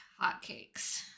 hotcakes